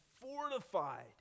fortified